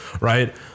Right